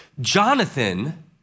Jonathan